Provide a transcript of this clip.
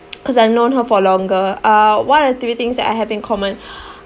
cause I've known her for longer uh what are the three things that I have in common